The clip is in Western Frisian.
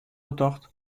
betocht